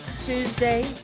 Tuesday